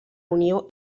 unió